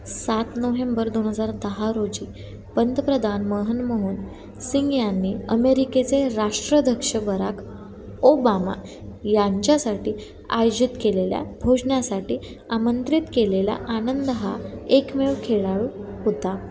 सात नोव्हेंबर दोन हजार दहा रोजी पंतप्रधान मनमोहन सिंग यांनी अमेरिकेचे राष्ट्राध्यक्ष बराक ओबामा यांच्यासाठी आयोजित केलेल्या भोजनासाठी आमंत्रित केलेला आनंद हा एकमेव खेळाडू होता